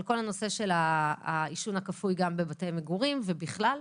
כל נושא העישון הכפוי בבתי מגורים ובכלל.